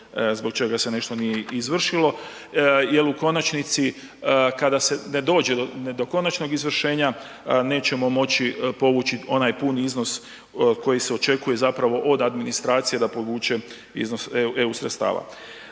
zbog čega se nešto nije izvršilo. Jer u konačnici kada se ne dođe do konačnog izvršenja nećemo moći povući onaj puni iznos koji se očekuje zapravo od administracije da povuče iznos EU sredstava.